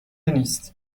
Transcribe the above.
نیست